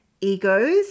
egos